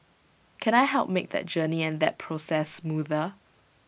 can I help make that journey and that process smoother